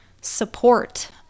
support